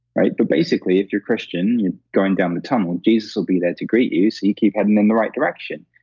right? so, basically, if you're christian, you're going down the tunnel, jesus will be there to greet you. so, you keep heading in the right direction.